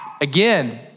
Again